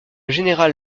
général